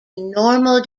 normal